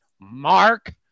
mark